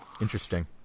Interesting